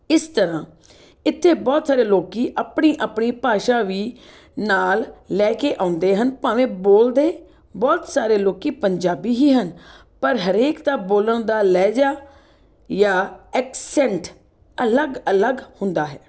ਇਸ ਤਰ੍ਹਾਂ ਇੱਥੇ ਬਹੁਤ ਸਾਰੇ ਲੋਕ ਆਪਣੀ ਆਪਣੀ ਭਾਸ਼ਾ ਵੀ ਨਾਲ ਲੈ ਕੇ ਆਉਂਦੇ ਹਨ ਭਾਵੇਂ ਬੋਲਦੇ ਬਹੁਤ ਸਾਰੇ ਲੋਕ ਪੰਜਾਬੀ ਹੀ ਹਨ ਪਰ ਹਰੇਕ ਦਾ ਬੋਲਣ ਦਾ ਲਹਿਜਾ ਜਾਂ ਐਕਸੈਂਟ ਅਲੱਗ ਅਲੱਗ ਹੁੰਦਾ ਹੈ